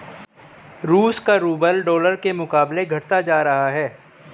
रूस का rouble dollar के मुकाबले घटता जा रहा है